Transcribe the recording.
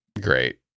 great